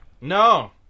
No